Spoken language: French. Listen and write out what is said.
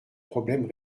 problèmes